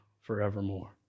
forevermore